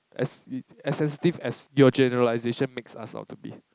as as as sensitive as your generalization makes us all to be